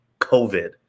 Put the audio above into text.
COVID